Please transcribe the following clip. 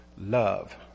love